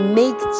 make